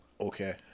Okay